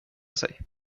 sig